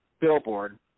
billboard